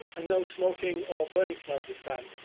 and ah no smoking or burning smells this time.